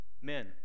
Men